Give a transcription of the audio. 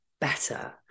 better